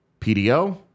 PDO